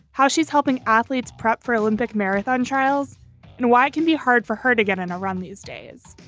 how she's helping athletes prep for olympic marathon trials and why can be hard for her to get and around these days.